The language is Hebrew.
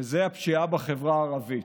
וזאת הפשיעה בחברה הערבית.